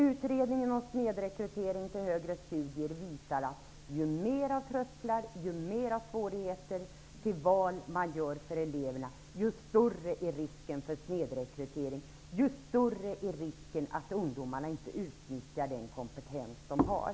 Utredningen om snedrekrytering till högre studier visar att ju fler trösklar och ju större svårigheter man skapar för elevernas val desto större är risken för snedrekrytering och desto större är risken att ungdomarna inte utnyttjar den kompetens de har.